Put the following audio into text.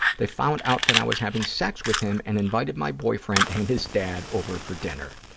they found out that i was having sex with him and invited my boyfriend and his dad over for dinner.